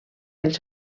els